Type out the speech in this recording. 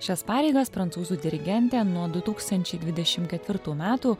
šias pareigas prancūzų dirigentė nuo du tūkstančiai dvidešim ketvirtų metų